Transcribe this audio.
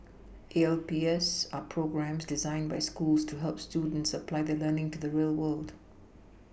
A L P S are programmes designed by schools to help students apply their learning to the real world